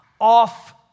off